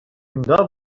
унта